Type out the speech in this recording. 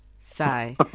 sigh